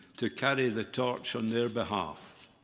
to carry the torch on their behalf.